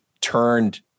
turned